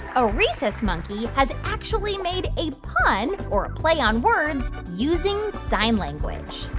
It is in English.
a rhesus monkey has actually made a pun, or a play on words, using sign language?